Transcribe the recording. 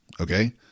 Okay